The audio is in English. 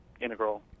integral